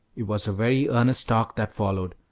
it was a very earnest talk that followed.